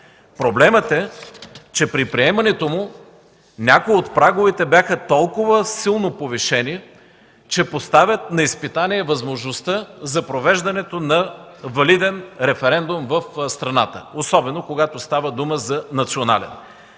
Проблемът е, че при приемането му някои от праговете бяха толкова силно повишени, че поставят на изпитание възможността за провеждането на валиден референдум в страната, особено когато става дума за национален.